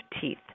teeth